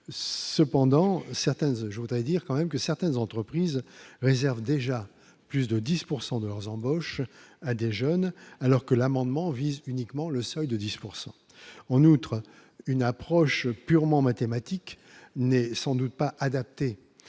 certains je voudrais dire quand même que certaines entreprises réservent déjà plus de 10 pourcent de leurs embauches à des jeunes, alors que l'amendement vise uniquement le seuil de 10 pourcent en outre une approche purement mathématique n'est sans doute pas adapté